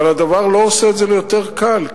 אבל הדבר לא עושה את זה ליותר קל,